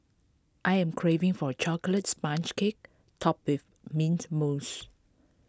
I am craving for A Chocolate Sponge Cake Topped with Mint Mousse